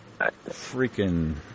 freaking